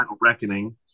Reckoning